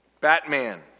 Batman